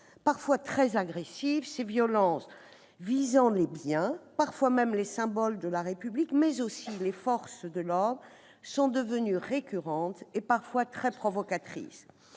Parfois très agressives, ces violences visant les biens, voire les symboles de la République, mais aussi les forces de l'ordre sont devenues récurrentes et, par moments, très provocatrices.